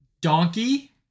donkey